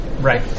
Right